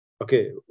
okay